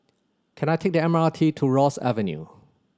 can I take the M R T to Ross Avenue